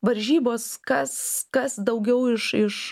varžybos kas kas daugiau iš iš